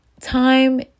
Time